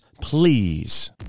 please